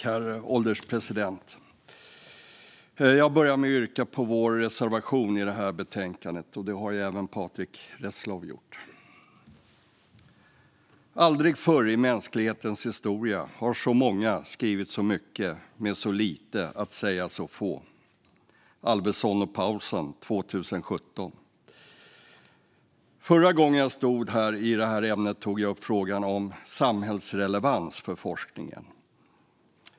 Herr ålderspresident! Jag börjar med att yrka bifall till vår reservation i betänkandet, vilket även Patrick Reslow har gjort. "Aldrig förr i mänsklighetens historia har så många skrivit så mycket med så lite att säga så få" - Alvesson och Paulsen, 2017. Förra gången jag stod här i en debatt om detta ämne tog jag upp frågan om samhällsrelevans för forskningen.